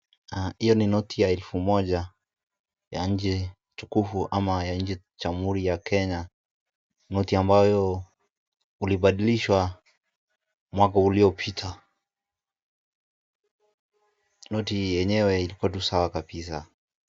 Hiyo ni noti ya elfu moja ya nchi tukufu ama ya nchi jamhuri ya Kenya. Noti ambayo ulibadilishwa mwaka uliyopita. Noti yenyewe ilikuwa tu sawa kabisa.